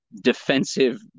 defensive